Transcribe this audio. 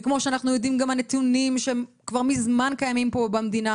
אנחנו יודעים גם מהנתונים שכבר מזמן קיימים פה במדינה